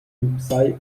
psi